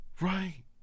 Right